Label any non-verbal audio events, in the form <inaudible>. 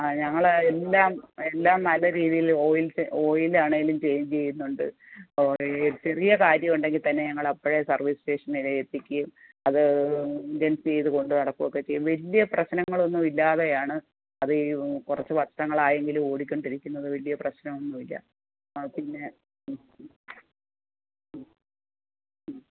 ആ ഞങ്ങൾ എല്ലാം എല്ലാം നല്ല രീതിയിൽ ഓയിൽ ഓയിൽ ആണെങ്കിലും ചേഞ്ച് ചെയ്യുന്നുണ്ട് ആ ചെറിയ കാര്യം ഉണ്ടെങ്കിൾ തന്നെ ഞങ്ങൾ അപ്പോഴേ സർവ്വീസ് സ്റ്റേഷനെ ഏല്പിക്കും അത് <unintelligible> ചെയ്തുകൊണ്ട് നടക്കുന്നതൊക്കെ ചെയ്യുമ്പം വലിയ പ്രശ്നങ്ങളൊന്നും ഇല്ലാതെ ആണ് അത് ഈ കുറച്ച് വർഷങ്ങൾ ആയെങ്കിലും ഓടിക്കൊണ്ട് ഇരിക്കുന്നത് വലിയ പ്രശ്നമൊന്നും ഇല്ല ആ പിന്നെ